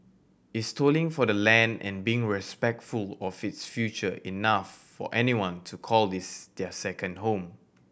is toiling for the land and being respectful of its future enough for anyone to call this their second home